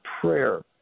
prayer